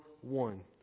one